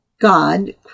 God